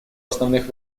основных